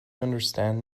understand